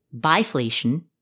biflation